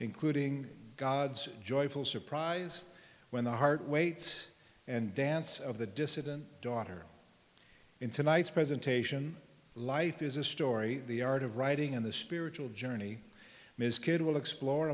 including god's joyful surprise when the heart waits and dance of the dissident daughter in tonight's presentation life is a story the art of writing on the spiritual journey ms kid will explore